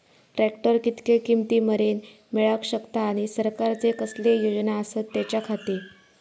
Tractor कितक्या किमती मरेन मेळाक शकता आनी सरकारचे कसले योजना आसत त्याच्याखाती?